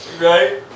Right